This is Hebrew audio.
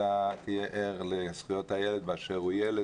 שאתה תהיה ער לזכויות הילד באשר הוא ילד,